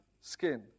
skin